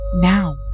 Now